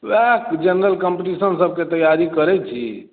वएह general competition सब के तैयारी करै छी